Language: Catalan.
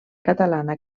catalana